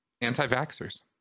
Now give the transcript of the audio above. anti-vaxxers